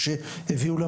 והזכויות של הילד,